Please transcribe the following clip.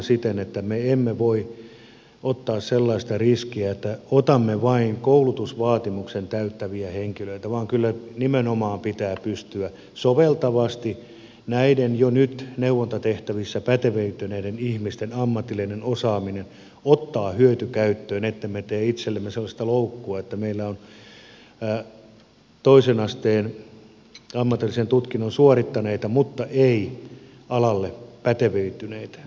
me emme voi ottaa sellaista riskiä että otamme vain koulutusvaatimuksen täyttäviä henkilöitä vaan kyllä nimenomaan pitää pystyä soveltavasti näiden jo nyt neuvontatehtävissä pätevöityneiden ihmisten ammatillinen osaaminen ottamaan hyötykäyttöön ettemme tee itsellemme sellaista loukkua että meillä on toisen asteen ammatillisen tutkinnon suorittaneita mutta ei alalle pätevöityneitä